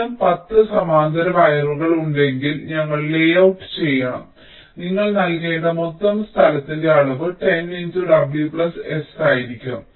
അത്തരം 10 സമാന്തര വയറുകൾ ഉണ്ടെങ്കിൽ ഞങ്ങൾ ലേഔട്ട് ചെയ്യണം നിങ്ങൾ നൽകേണ്ട മൊത്തം സ്ഥലത്തിന്റെ അളവ് 10 w s ആയിരിക്കും